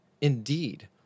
indeed